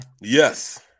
Yes